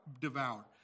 devour